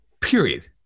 Period